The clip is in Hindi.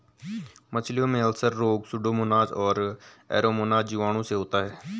मछलियों में अल्सर रोग सुडोमोनाज और एरोमोनाज जीवाणुओं से होता है